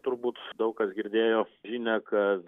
turbūt daug kas girdėjo žinią kad